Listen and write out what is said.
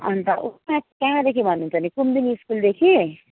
अन्त कहाँदेखि भन्नुहुन्छ भने कुमुदिनी स्कुलदेखि